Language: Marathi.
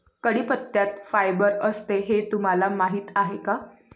कढीपत्त्यात फायबर असते हे तुम्हाला माहीत आहे का?